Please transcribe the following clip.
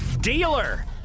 dealer